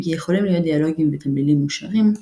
אם כי יכולים להיות דיאלוגים ותמלילים מושרים,